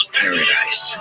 paradise